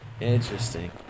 Interesting